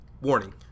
Warning